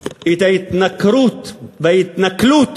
את ההתנכרות וההתנכלות